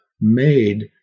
made